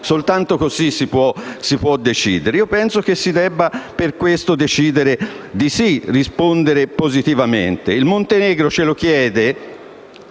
soltanto così si può decidere? Penso che per questo si debba decidere di sì e rispondere positivamente. Il Montenegro ce lo chiede